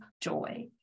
joy